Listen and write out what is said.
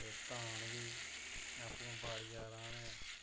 ते धान बी आपूं बाड़ियै राह्ने